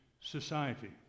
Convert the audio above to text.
society